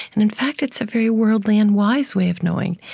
and, in fact, it's a very worldly and wise way of knowing.